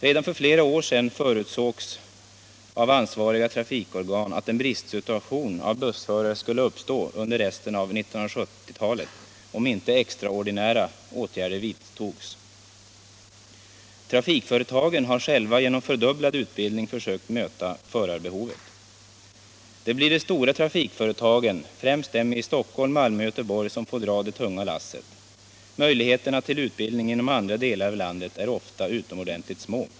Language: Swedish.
Redan för flera år sedan förutsåg ansvariga trafikorgan att en bristsituation när det gäller bussförare skulle uppstå under resten av 1970-talet om inte extraordinära åtgärder vidtogs. Trafikföretagen har själva genom fördubbling av utbildningen försökt möta förarbehovet. Det blir de stora trafikföretagen, främst de i Stock 115 holm, Malmö och Göteborg, som får dra det tunga lasset. Möjligheterna till utbildning inom andra delar av landet är ofta utomordentligt små.